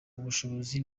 ubushobozi